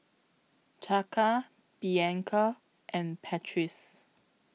Chaka Bianca and Patrice